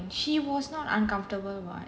okay so what's the point she was not uncomfortable [what]